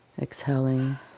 exhaling